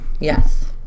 Yes